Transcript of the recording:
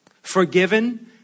Forgiven